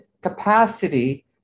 capacity